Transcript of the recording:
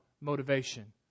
motivation